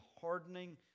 hardening